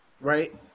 Right